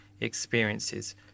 experiences